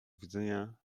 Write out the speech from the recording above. widzenia